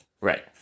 Right